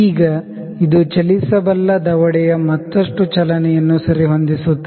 ಈಗ ಇದು ಚಲಿಸಬಲ್ಲ ದವಡೆಯ ಮತ್ತಷ್ಟು ಚಲನೆಯನ್ನು ಸರಿಹೊಂದಿಸುತ್ತದೆ